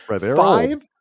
Five